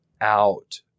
out